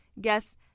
guests